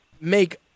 make